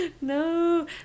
No